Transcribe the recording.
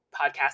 podcast